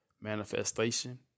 manifestation